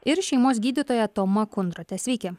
ir šeimos gydytoja toma kundrote sveiki